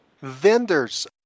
Vendors